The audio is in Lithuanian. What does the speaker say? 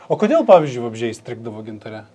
o kodėl pavyzdžiui vabzdžiai įstrigdavo gintare